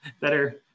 Better